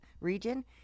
region